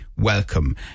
welcome